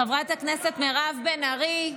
חברת הכנסת מירב בן ארי,